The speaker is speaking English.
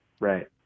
Right